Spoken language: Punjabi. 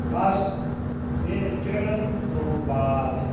ਬੱਸ ਦਿਨ ਚੜ੍ਹਨ ਤੋਂ ਬਾਅਦ